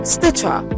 Stitcher